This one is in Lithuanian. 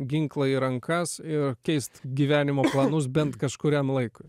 ginklą į rankas ir keist gyvenimo planus bent kažkuriam laikui